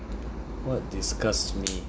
what disgusts me